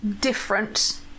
different